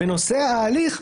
בנושא ההליך,